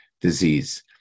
disease